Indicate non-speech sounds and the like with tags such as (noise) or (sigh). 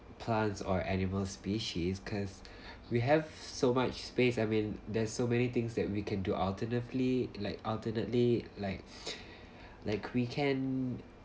plants or animal species cause we have so much space I mean there's so many things that we can do alternatively like alternately like (noise) like we can